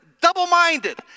double-minded